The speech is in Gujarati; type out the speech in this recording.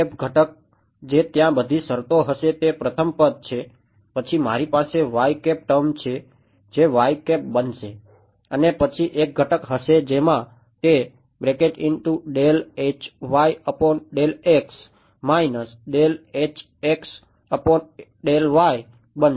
ઘટક જે ત્યાં બધી શરતો હશે તે પ્રથમ પદ છે પછી મારી પાસે એક ટર્મ છે જે બનશે અને પછી એક ઘટક હશે જેમાં તે બનશે